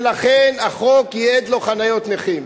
ולכן החוק ייעד לו חניות נכים.